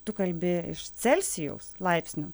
tu kalbi iš celsijaus laipsnių